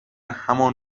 همان